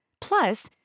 Plus